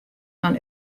fan